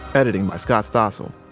editing by scott stossel.